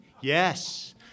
Yes